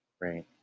Right